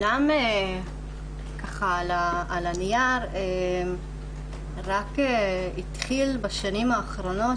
על הנייר רק התחיל בשנים האחרונות,